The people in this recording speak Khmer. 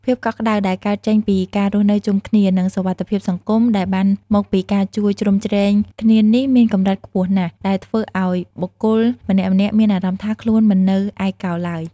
ភាពកក់ក្ដៅដែលកើតចេញពីការរស់នៅជុំគ្នា និងសុវត្ថិភាពសង្គមដែលបានមកពីការជួយជ្រោមជ្រែងគ្នានេះ មានកម្រិតខ្ពស់ណាស់ ដែលធ្វើឱ្យបុគ្គលម្នាក់ៗមានអារម្មណ៍ថាខ្លួនមិននៅឯកោឡើយ។